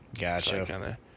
Gotcha